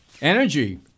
Energy